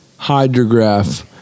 hydrograph